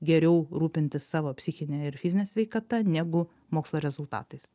geriau rūpintis savo psichine ir fizine sveikata negu mokslo rezultatais